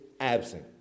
absent